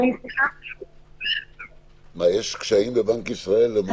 אדוני, על מה שנאמר?